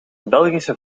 belgische